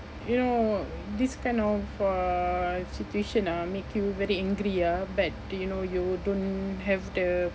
you know this kind of uh situation ah make you very angry ah but you know you don't have the